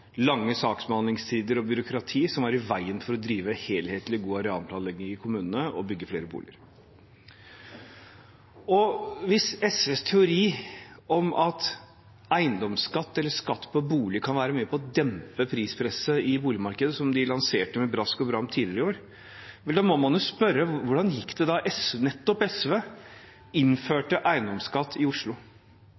lange saksbehandlingstider og byråkrati, som var i veien for å drive en helhetlig og god arealplanlegging i kommunene og bygge flere boliger. Hvis SVs teori om at eiendomsskatt eller skatt på bolig kan være med på å dempe prispresset i boligmarkedet, noe de lanserte med brask og bram tidligere i år, vel, da må man jo spørre: Hvordan gikk det da nettopp SV